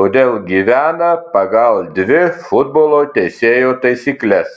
todėl gyvena pagal dvi futbolo teisėjo taisykles